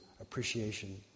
appreciation